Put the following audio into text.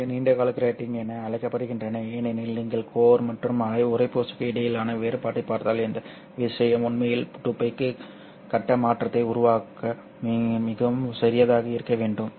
இவை நீண்ட கால கிராட்டிங் என அழைக்கப்படுகின்றன ஏனெனில் நீங்கள் கோர் மற்றும் உறைப்பூச்சுக்கு இடையிலான வேறுபாட்டைப் பார்த்தால் இந்த வித்தியாசம் உண்மையில் 2π கட்ட மாற்றத்தை உருவாக்க மிகவும் சிறியதாக இருக்க வேண்டும்